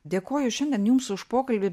dėkoju šiandien jums už pokalbį